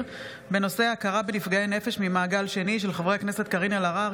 בהצעתם של חברי הכנסת קארין אלהרר,